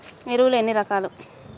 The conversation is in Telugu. ఎరువులు ఎన్ని రకాలు?